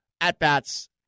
at-bats